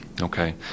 Okay